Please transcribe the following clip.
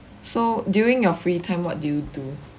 so during your free time what do you do